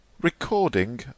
Recording